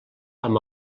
amb